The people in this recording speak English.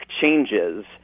changes